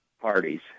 parties